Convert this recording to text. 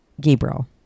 Gabriel